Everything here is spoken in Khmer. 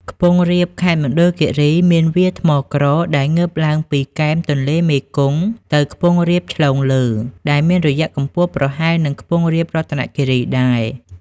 ខ្ពង់រាបខេត្តមណ្ឌលគិរី មានវាលថ្មក្រដែលងើបឡើងពី គែមទន្លេមេគង្គទៅខ្ពង់រាបឆ្លងលើ ដែលមានរយៈកំពស់ប្រហែលនឹងខ្ពង់រាប រតនគីរីដែរ ។